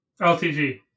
LTG